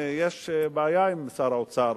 יש בעיה עם שר האוצר,